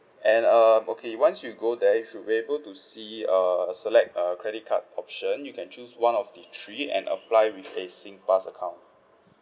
and uh okay once you go there you should be able to see uh select uh credit card option you can choose one of the three and apply with a Singpass account